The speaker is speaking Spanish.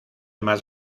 más